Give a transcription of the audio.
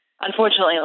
Unfortunately